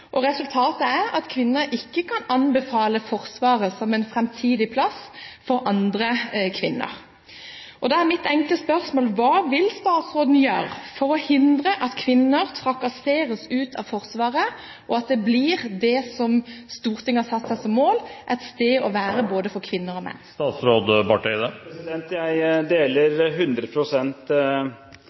skjedde. Resultatet er at kvinner ikke kan anbefale Forsvaret som en framtidig plass for andre kvinner. Da er mitt enkle spørsmål: Hva vil statsråden gjøre for å hindre at kvinner trakasseres ut av Forsvaret, men at det blir det som Stortinget har satt som mål – et sted å være for både kvinner og menn? Jeg deler